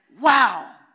Wow